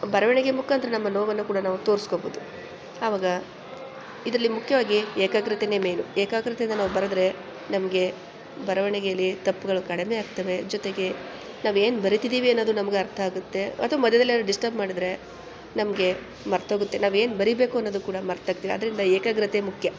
ಬರವಣಿಗೆ ಮುಖಾಂತರ ನಮ್ಮ ನೋವನ್ನು ಕೂಡ ನಾವು ತೋರ್ಸ್ಕೊಳ್ಬೋದು ಆವಾಗ ಇದರಲ್ಲಿ ಮುಖ್ಯವಾಗಿ ಏಕಾಗ್ರತೆಯೇ ಮೇಲು ಏಕಾಗ್ರತೆಯಿಂದ ನಾವು ಬರೆದರೆ ನಮಗೆ ಬರವಣಿಗೆಯಲ್ಲಿ ತಪ್ಗಳು ಕಡಿಮೆ ಆಗ್ತವೆ ಜೊತೆಗೆ ನಾವು ಏನು ಬರಿತಿದ್ದೀವಿ ಅನ್ನೋದು ನಮಗೆ ಅರ್ಥ ಆಗುತ್ತೆ ಅಥವಾ ಮಧ್ಯದಲ್ಲಿ ಯಾರಾದ್ರು ಡಿಸ್ಟರ್ಬ್ ಮಾಡಿದ್ರೆ ನಮಗೆ ಮರ್ತೋಗುತ್ತೆ ನಾವು ಏನು ಬರಿಬೇಕು ಅನ್ನೋದು ಕೂಡ ಮಾರ್ತೋಗ್ತೀವಿ ಆದ್ದರಿಂದ ಏಕಾಗ್ರತೆ ಮುಖ್ಯ